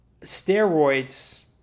steroids